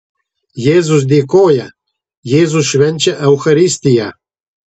jėzus dėkoja jėzus švenčia eucharistiją